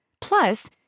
Plus